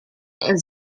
and